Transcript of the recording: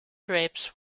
drapes